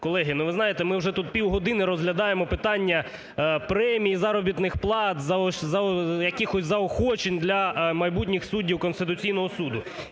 Колеги, ви знаєте, ми вже тут півгодини розглядаємо питання премій, заробітних плат, якихось заохочень для майбутніх суддів Конституційного Суду.